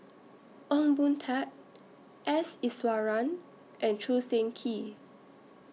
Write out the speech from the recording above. Ong Boon Tat S Iswaran and Choo Seng Quee